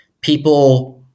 people